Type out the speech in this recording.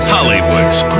Hollywood's